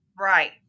right